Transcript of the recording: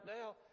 now